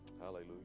Hallelujah